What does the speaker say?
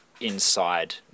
inside